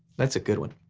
that's a good one.